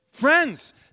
Friends